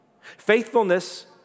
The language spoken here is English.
Faithfulness